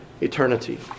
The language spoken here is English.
eternity